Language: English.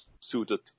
suited